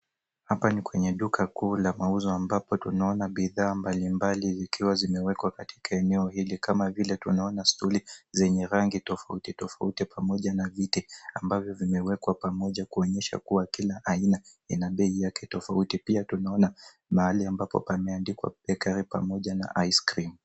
Hapa ni kwenye duka kuu la mauzo ambapo tunaona bidhaa mbali mbali zikiwa zimewekwa katika eneo hili. Kama vile tunaona stuli zenye rangi tofauti tofauti ,pamoja na viti ambavyo vimewekwa pamoja, kuonyesha kuwa kila aina ina bei yake tofauti. Pia tunaona mahali ambapo pameandikwa Take away pamoja na ice cream.